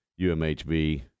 UMHB